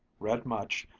read much,